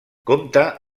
compta